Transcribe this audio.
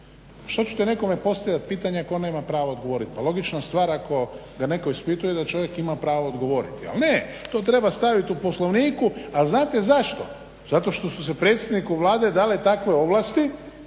šta ćete nekome postavljati pitanja ako on nema pravo odgovoriti? Pa logična stvar ako ga netko ispituje da čovjek ima pravo odgovoriti. Ali ne, to treba staviti u poslovniku ali znate zašto? Zato što su se predsjedniku Vlade dale takve ovlasti